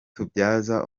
tubyaza